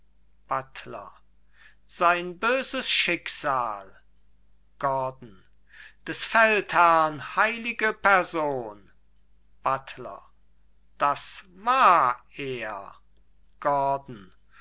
buttler sein böses schicksal gordon des feldherrn heilige person buttler das war er gordon